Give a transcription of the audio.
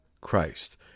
Christ